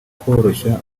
koroshya